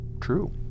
true